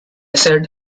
said